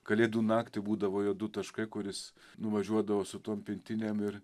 kalėdų naktį būdavo jo du taškai kur jis nuvažiuodavo su tuom pintinėm ir